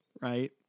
right